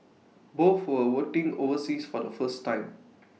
both were voting overseas for the first time